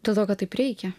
dėl to kad taip reikia